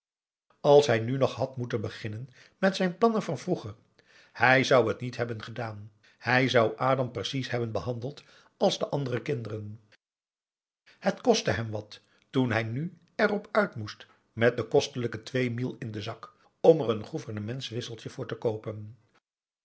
als hij nu nog had moeten beginnen met zijn plannen van vroeger hij zou het niet hebben gedaan hij zou adam precies hebben behandeld als de andere kinderen het kostte hem wat toen hij nu erop uit moest met de kostelijke twee mille in den zak om er een gouvernementswisseltje voor te koopen